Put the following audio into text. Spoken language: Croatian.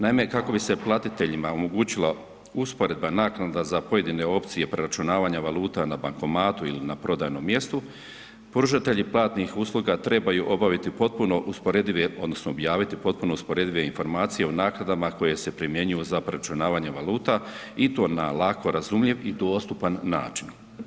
Naime, kako bi se platiteljima omogućila usporedba naknada na pojedine opcije preračunavanja valuta na bankomatu ili na prodajnom mjestu, pružatelji platnih usluga trebaju obaviti potpuno usporedive odnosno objaviti potpuno usporedive informacije o naknadama koje se primjenjuju za obračunavanje valuta i to na lako razumljiv i dostupan način.